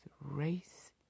race